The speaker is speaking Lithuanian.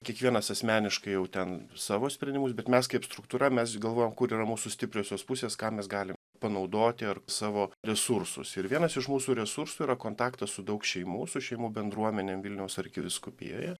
kiekvienas asmeniškai jau ten savo sprendimus bet mes kaip struktūra mes galvojam kur yra mūsų stipriosios pusės ką mes gali panaudoti ar savo resursus ir vienas iš mūsų resursų yra kontaktas su daug šeimų su šeimų bendruomenėm vilniaus arkivyskupijoje